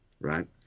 right